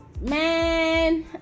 man